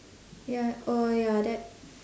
ya orh ya that